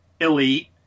elite